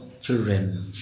children